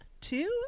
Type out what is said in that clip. Two